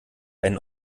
einen